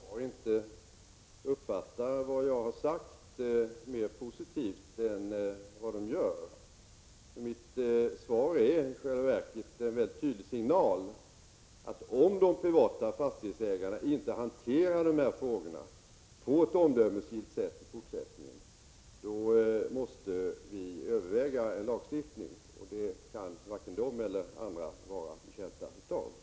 Herr talman! Jag är litet förvånad över att frågeställarna inte uppfattar det som jag har sagt mer positivt än vad de gör. Mitt svar är i själva verket en 7n mycket tydlig signal, att om de privata fastighetsägarna inte hanterar dessa frågor på ett omdömesgillt sätt måste vi överväga en lagstiftning, och det kan varken de eller andra vara betjänta av.